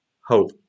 hope